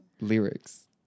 Lyrics